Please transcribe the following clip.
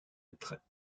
être